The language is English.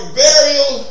burial